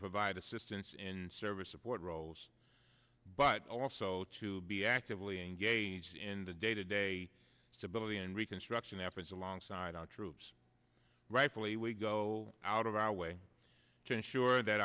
provide assistance in service support roles but also to be actively engaged in the day to day stability and reconstruction efforts alongside our troops rightfully we go out of our way to ensure that